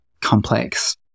complex